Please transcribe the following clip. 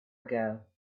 ago